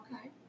okay